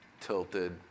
tilted